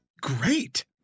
great